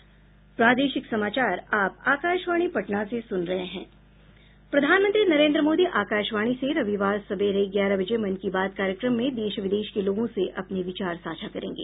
प्रधानमंत्री नरेन्द्र मोदी आकाशवाणी से रविवार सवेरे ग्यारह बजे मन की बात कार्यक्रम में देश विदेश के लोगों से अपने विचार साझा करेंगे